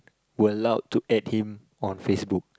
were allowed to add him on facebook